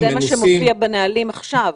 זה מה שמופיע בנהלים עכשיו.